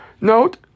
Note